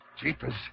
Jeepers